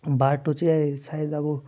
बाटो चाहिँ सायद अब